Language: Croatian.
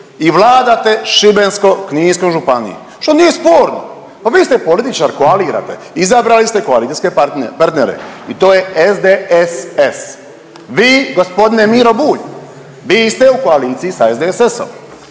i vladate Šibensko-kninskom županijom što nije sporno. Pa vi ste političar koalirate, izabrali ste koalicijske partnere i to je SDSS. Vi gospodine Miro Bulj, vi ste u koaliciji sa SDSS-om.